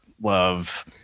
love